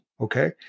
okay